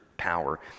power